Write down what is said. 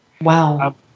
Wow